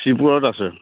আছে